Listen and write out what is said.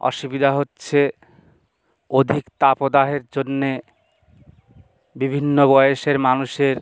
অসুবিধা হচ্ছে অধিক তাপদাহের জন্যে বিভিন্ন বয়সের মানুষের